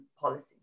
policy